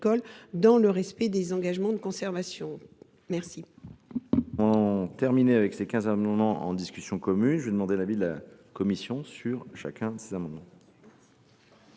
dans le respect des engagements de conservation. Quel